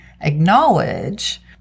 acknowledge